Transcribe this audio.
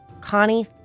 Connie